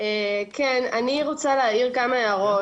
אני רוצה להעיר כמה הערות.